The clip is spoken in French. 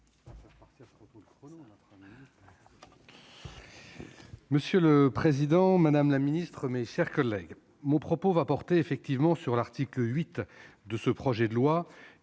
Monsieur le président, madame la ministre, mes chers collègues, mon propos portera sur l'article 8 de ce projet de loi,